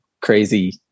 crazy